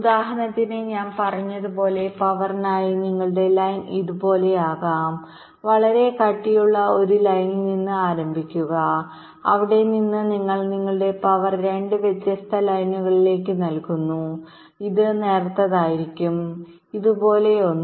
ഉദാഹരണത്തിന് ഞാൻ പറഞ്ഞതുപോലെ പവർനായി നിങ്ങളുടെ ലൈൻ ഇതുപോലെയാകാം വളരെ കട്ടിയുള്ള ഒരു ലൈനിൽ നിന്ന് ആരംഭിക്കുക അവിടെ നിന്ന് നിങ്ങൾ നിങ്ങളുടെ പവർ രണ്ട് വ്യത്യസ്ത ലൈനുകളിലേക്ക് നൽകുന്നു ഇത് നേർത്തതായിരിക്കും ഇതുപോലുള്ള ഒന്ന്